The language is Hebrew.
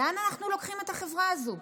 לאן אנחנו לוקחים את החברה הזו?